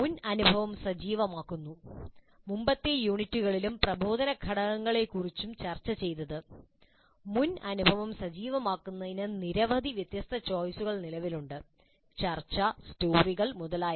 മുൻ അനുഭവം സജീവമാക്കുന്നു മുമ്പത്തെ യൂണിറ്റുകളിലും പ്രബോധന ഘടകങ്ങളെക്കുറിച്ചും ചർച്ചചെയ്തത് മുൻ അനുഭവം സജീവമാക്കുന്നതിന് നിരവധി വ്യത്യസ്ത ചോയിസുകൾ നിലവിലുണ്ട് ചർച്ച സ്റ്റോറികൾ മുതലായവ